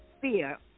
fear